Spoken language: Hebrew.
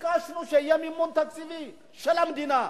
ביקשנו שיהיה מימון תקציבי של המדינה.